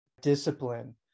discipline